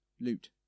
Loot